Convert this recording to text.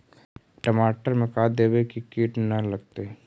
टमाटर में का देबै कि किट न लगतै?